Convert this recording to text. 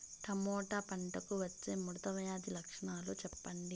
Tomato పంటకు వచ్చే ముడత వ్యాధి లక్షణాలు చెప్పండి?